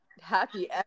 Happy